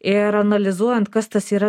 ir analizuojant kas tas yra